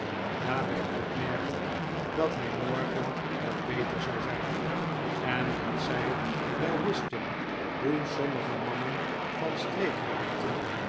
daarbij opmerkend dat hij morgen wel beter zou zijn en dat zij wel wisten hoe sommige mannen van streek raakten